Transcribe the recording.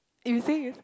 if you say yes